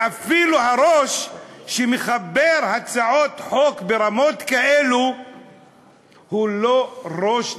ואפילו הראש שמחבר הצעות חוק ברמות כאלה הוא לא ראש נורמלי.